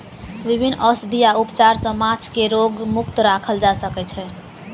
विभिन्न औषधि आ उपचार सॅ माँछ के रोग मुक्त राखल जा सकै छै